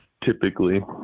typically